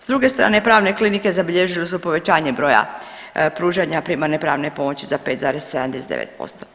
S druge strane pravne klinike zabilježile su povećanje broja pružanja primarne pravne pomoći za 5,79%